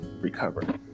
recover